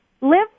Live